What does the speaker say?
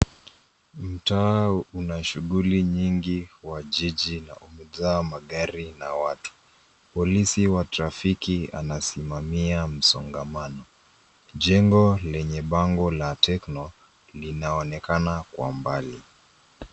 Mtaa una shughuli nyingi wa jiji na umejaa magari na watu. Polisi wa trafiki anasimamia msongamano. Jengo lenye bango la Techo linaonekana kwa mbali.